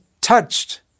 touched